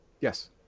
Yes